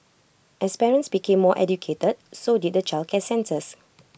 as parents became more educated so did the childcare centres